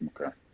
Okay